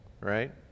right